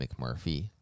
McMurphy